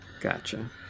Gotcha